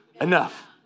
enough